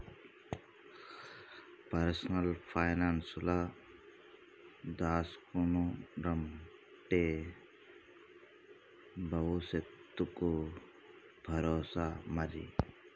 personal పైనాన్సుల దాస్కునుడంటే బవుసెత్తకు బరోసా మరి